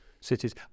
cities